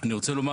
אני רוצה לומר